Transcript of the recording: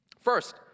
First